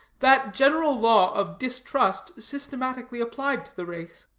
that general law of distrust systematically applied to the race.